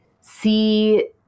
see